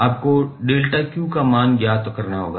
आपको Δ𝑞 का मान ज्ञात करना होगा